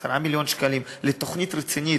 10 מיליון שקלים לתוכנית רצינית,